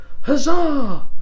Huzzah